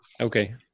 okay